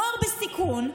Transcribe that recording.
נוער בסיכון,